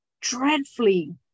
dreadfully